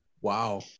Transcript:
Wow